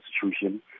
Constitution